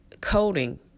coding